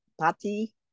party